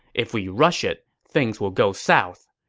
if we rush it, things will go south.